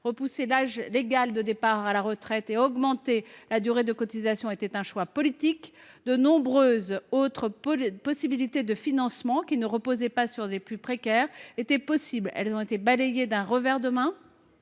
Reculer l’âge légal de départ à la retraite et augmenter la durée de cotisation était un choix politique ; de nombreuses autres possibilités de financement ne reposant pas sur les plus précaires existaient, mais elles ont été balayées d’un revers de main,